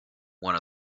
one